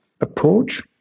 approach